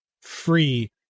free